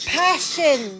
passion